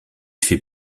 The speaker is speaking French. fait